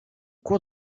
cours